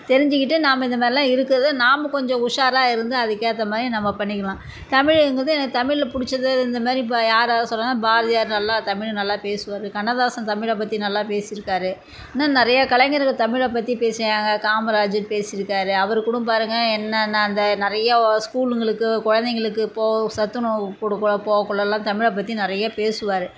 தெரிஞ்சுக்கிட்டு நாம் இந்த மாதிரிலாம் இருக்கிறத நாம்ப கொஞ்சம் உஷாராக இருந்து அதுக்கு ஏற்ற மாதிரி நம்ப பண்ணிக்கலாம் தமிழுங்கிறது எனக்கு தமிழில் பிடிச்சது அது இந்த மாதிரி ப யாராவது சொல்லலாம்னால் பாரதியார் நல்லா தமிழ் நல்லா பேசுவார் கண்ணதாசன் தமிழைப் பற்றி நல்லா பேசியிருக்காரு இன்னும் நிறையா கலைஞர்கள் தமிழை பற்றி பேசியிருக்காங்க காமராஜர் பேசியிருக்காரு அவர் கூட பாருங்க என்னென்னால் அந்த நிறைய நிறையா ஸகூலுங்களுக்கு குழந்தைங்களுக்கு போக சத்துணவு கொடுக்க போகக்குள்ளேலாம் தமிழைப் பற்றி நிறைய பேசுவார்